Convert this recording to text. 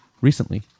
recently